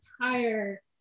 entire